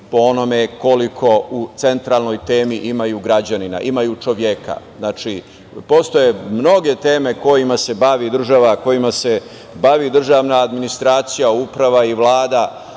po onome koliko u centralnoj temi imaju građanina, imaju čoveka. Znači, postoje mnoge teme kojima se bavi država, kojima se bavi državna administracija, uprava i Vlada,